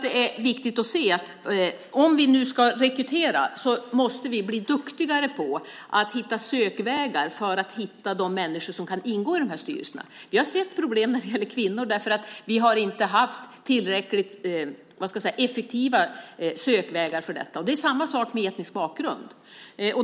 Det är viktigt att se att vi måste bli duktigare i vår rekrytering på att hitta sökvägar för att finna de människor som kan ingå i dessa styrelser. Vi har sett problemet när det gäller kvinnor. Vi har inte haft tillräckligt effektiva sökvägar för att finna dem. Det är samma sak med etnisk bakgrund.